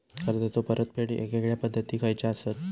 कर्जाचो परतफेड येगयेगल्या पद्धती खयच्या असात?